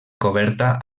coberta